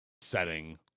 setting